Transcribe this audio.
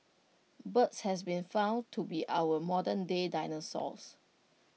birds has been found to be our modernday dinosaurs